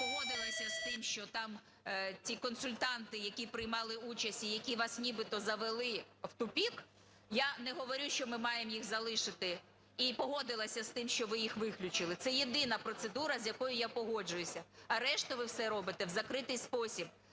Я погодилася з тим, що там ті консультанти, які приймали участь, і які вас нібито завели в тупик, я не говорю, що ми маємо їх залишити, і погодилася з тим, що ви їх виключили, це єдина процедура з якою я погоджуюся. А решту ви все робите в закритий спосіб.